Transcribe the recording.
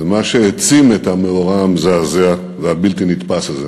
ומה שהעצים את המאורע המזעזע והבלתי-נתפס הזה